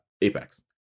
Apex